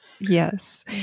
yes